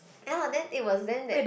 ya then it was then that